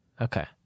Okay